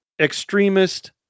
extremist